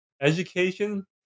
education